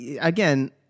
again